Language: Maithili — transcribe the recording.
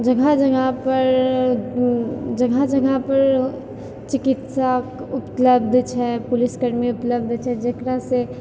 जगह जगह पर ओ जगह जगह पर चिकित्सा उपलब्ध छै पुलिसकर्मी उपलब्ध छै जेकरासँ